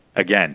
again